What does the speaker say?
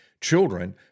children